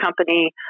company